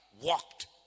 walked